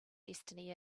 destiny